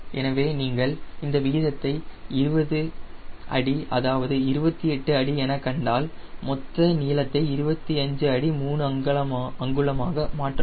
எனவே நீங்கள் இந்த வீதத்தை 20 அடி அதாவது 28 அடி என கண்டால் மொத்த நீளத்தை 28 அடி 3அங்குலமாக மாற்றவும்